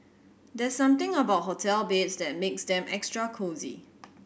there's something about hotel beds that makes them extra cosy